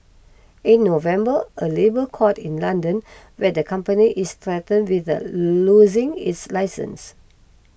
in November a labour court in London where the company is threatened with the losing its license